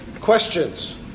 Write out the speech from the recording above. questions